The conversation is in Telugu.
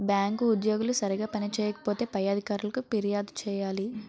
బ్యాంకు ఉద్యోగులు సరిగా పని చేయకపోతే పై అధికారులకు ఫిర్యాదు చేయాలి